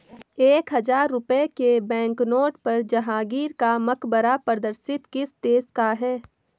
एक हजार रुपये के बैंकनोट पर जहांगीर का मकबरा प्रदर्शित किस देश का है?